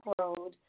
Road